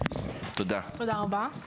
תודה רבה.